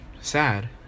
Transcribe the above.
sad